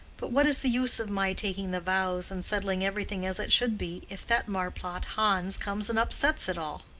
but what is the use of my taking the vows and settling everything as it should be, if that marplot hans comes and upsets it all?